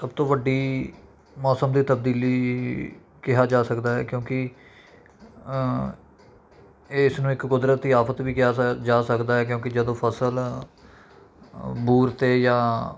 ਸਭ ਤੋਂ ਵੱਡੀ ਮੌਸਮ ਦੀ ਤਬਦੀਲੀ ਕਿਹਾ ਜਾ ਸਕਦਾ ਹੈ ਕਿਉਂਕਿ ਇਹ ਇਸਨੂੰ ਇੱਕ ਕੁਦਰਤ ਦੀ ਆਫ਼ਤ ਵੀ ਕਿਹਾ ਜਾ ਜਾ ਸਕਦਾ ਹੈ ਕਿਉਂਕਿ ਜਦੋਂ ਫਸਲ ਬੂਰ 'ਤੇ ਜਾਂ